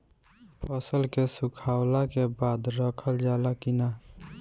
फसल के सुखावला के बाद रखल जाला कि न?